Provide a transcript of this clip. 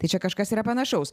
tai čia kažkas yra panašaus